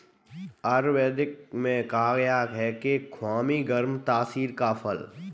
आयुर्वेद में कहा गया है कि खुबानी गर्म तासीर का फल है